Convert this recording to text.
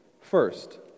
first